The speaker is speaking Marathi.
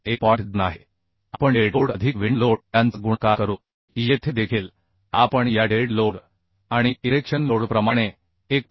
2 आहे आपण डेड लोड अधिक विंड लोड यांचा गुणाकार करू येथे देखील आपण या डेड लोड आणि इरेक्शन लोडप्रमाणे 1